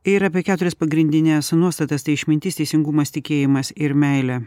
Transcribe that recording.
ir apie keturias pagrindines nuostatas tai išmintis teisingumas tikėjimas ir meilė